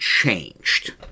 changed